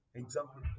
example